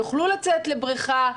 יוכלו לצאת לבריכה,